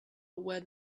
where